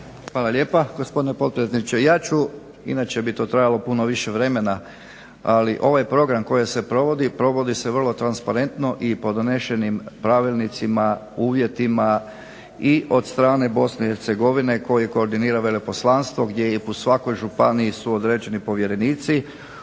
Hvala lijepa gospodine potpredsjedniče. Ja ću, inače bi to trajalo puno više vremena, ali ovaj program koji se provodi, provodi se vrlo transparentno i po donošenim pravilnicima, uvjetima i od strane Bosne i Hercegovine koji koordinira veleposlanstvo, gdje je po svakoj županiji su određeni povjerenici,